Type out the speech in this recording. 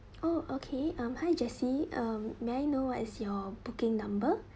oh okay um hi jessie um may I know what is your booking number